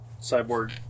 cyborg